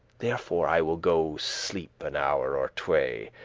therefore i will go sleep an hour or tway,